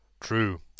True